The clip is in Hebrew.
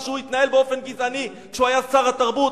שהוא התנהל באופן גזעני כשהוא היה שר התרבות,